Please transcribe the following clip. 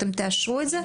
אתם תאשרו את זה?